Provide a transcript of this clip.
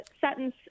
sentence